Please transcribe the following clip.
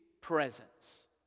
presence